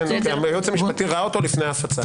הייעוץ המשפטי ראה אותו לפני הפצה.